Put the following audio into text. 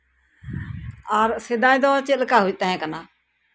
ᱟᱨ ᱥᱮᱫᱟᱭ ᱫᱚ ᱪᱮᱰᱫ ᱞᱮᱠᱟ ᱛᱟᱸᱦᱮ ᱠᱟᱱᱟ